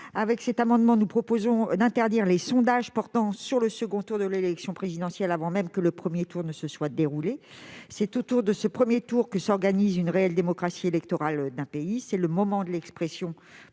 travers cet amendement, nous proposons d'interdire les sondages portant sur le second tour de l'élection présidentielle avant même que le premier tour ne se soit déroulé. C'est lors de ce premier tour que s'organise réellement la démocratie électorale du pays. C'est le moment de l'expression